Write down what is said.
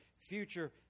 future